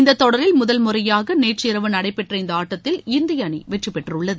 இந்தத் தொடரில் முதல் முறையாக நேற்று இரவு நடைபெற்ற இந்த ஆட்டத்தில் இந்திய அணி வெற்றி பெற்றுள்ளது